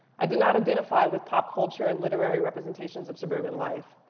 i did not identify with pop culture and literary representations of suburban life.